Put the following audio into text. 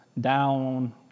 down